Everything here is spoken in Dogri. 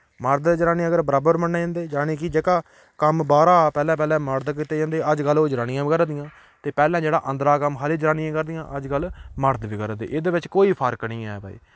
मर्द ते जनानी अगर बराबर मन्ने जन्दे जानी कि जेह्का कम्म बाह्रा दा पैह्ले पैह्ले मर्द कीते जन्दे हे अज्जकल ओह् जनानियां बी करा दियां ते पैह्ला जेह्ड़ा अंदरा दा कम्म हर इक जनानियां करदियां हियां अज्जकल मर्द बी करा दे एह्दे बिच्च कोई फर्क नी ऐ भाई